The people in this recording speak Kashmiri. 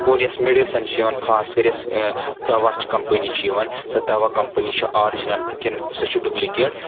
اور یۄس میڈِسَن چھِ یِوَان خاص کَر یۄس دوا چھِ کَمپٔنی چھِ یِوان سۄ دوا کَمپٔنی چھےٚ آرجِنَل کِنہٕ سۄ چھِ ڈُپلِکیٹ